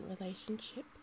relationship